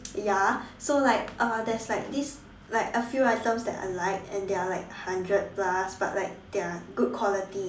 ya so like uh there's like this like a few items that I like and they are like hundred plus but like they are good quality